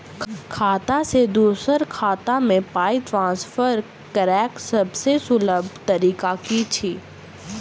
खाता सँ दोसर खाता मे पाई ट्रान्सफर करैक सभसँ सुलभ तरीका की छी?